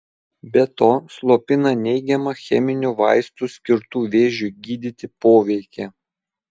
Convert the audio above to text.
be to slopina neigiamą cheminių vaistų skirtų vėžiui gydyti poveikį